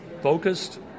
focused